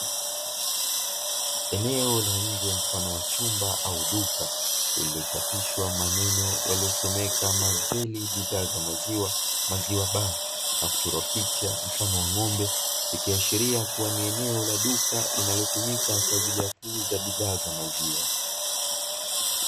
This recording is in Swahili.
Eneo na nje mfano wa chumba au duka lililochapishwa maneno yaliyosomeka Marveli bidhaa za maziwa, maziwa baa. Na kuchorwa picha mfano wa ng'ombe ikiaashiria kuwa ni eneo la duka linatumika kwa ajili ya kuuza bidhaa za maziwa.